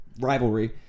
rivalry